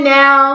now